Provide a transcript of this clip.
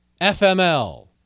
FML